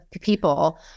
people